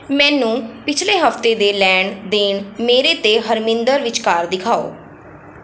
ਮੈਨੂੰ ਪਿਛਲੇ ਹਫ਼ਤੇ ਦੇ ਲੈਣ ਦੇਣ ਮੇਰੇ ਅਤੇ ਹਰਮਿੰਦਰ ਵਿਚਕਾਰ ਦਿਖਾਉ